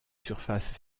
surface